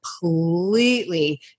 completely